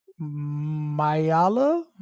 Mayala